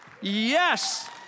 Yes